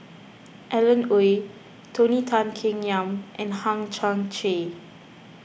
Alan Oei Tony Tan Keng Yam and Hang Chang Chieh